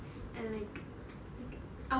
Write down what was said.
and like like